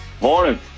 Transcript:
Morning